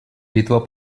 литва